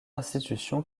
institution